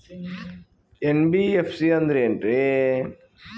NBFC ಅಂದ್ರ ಏನ್ರೀ?